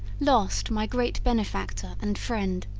lost my great benefactor and friend,